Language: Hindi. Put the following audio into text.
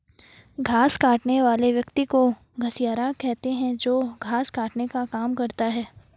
घास काटने वाले व्यक्ति को घसियारा कहते हैं जो घास काटने का काम करता है